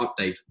update